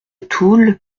toul